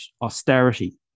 austerity